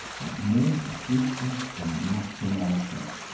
but more suggestive than much analysis.